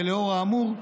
לאור האמור,